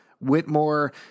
whitmore